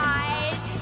eyes